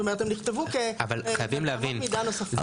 זאת אומרת הם נכתבו כאמות מידה נוספות.